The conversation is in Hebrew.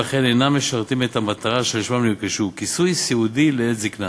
ולכן אינם משרתים את המטרה שלשמה נרכשו: כיסוי סיעודי לעת זיקנה.